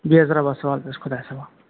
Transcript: بیٚہہ حظ رۄبَس حوالہٕ بیٚہہ حظ خۄدایَس حوالہٕ